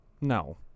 No